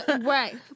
Right